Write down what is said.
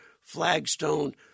flagstone